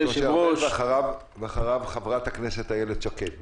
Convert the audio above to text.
ואחריו חברת הכנסת איילת שקד.